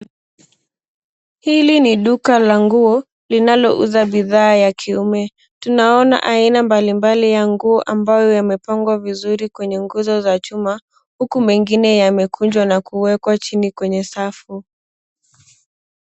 Hili ni duka la nguo, linalouza bidhaa ya kiume. Tunaona aina mbalimbali ya nguo ambayo yamepangwa vizuri kwenye nguzo za chuma huku mengine yamekunjwa na kuwekwa chini kwenye safu.